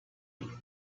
you